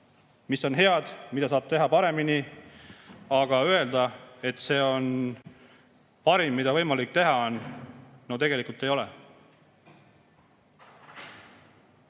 mis on head, mida saab teha paremini. Aga öelda, et see on parim, mida võimalik teha on – no tegelikult ei ole.